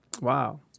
Wow